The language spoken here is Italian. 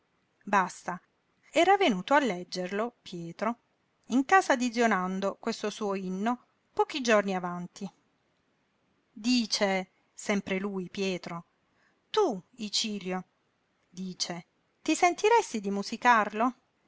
basta era venuto a leggerlo pietro in casa di zio nando questo suo inno pochi giorni avanti dice sempre lui pietro tu icilio dice ti sentiresti di musicarlo